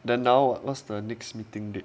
then now what's the next meeting date